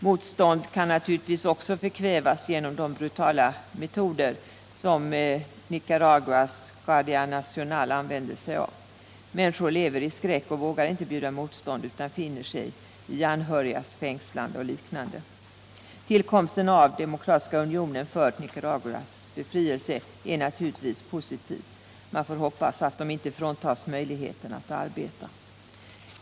Motstånd kan naturligtvis också förkvävas genom de brutala metoder som Nicaraguas Guardia Nacional använder sig av. Människor lever i skräck och vågar inte bjuda motstånd utan finner sig i anhörigas fängslande m.m. Tillkomsten av Demokratiska unionen för Nicaraguas befrielse är naturligtvis någonting positivt. Man får hoppas att den inte fråntas möjligheten att arbeta.